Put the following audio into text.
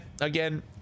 again